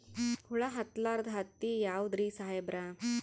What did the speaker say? ಹುಳ ಹತ್ತಲಾರ್ದ ಹತ್ತಿ ಯಾವುದ್ರಿ ಸಾಹೇಬರ?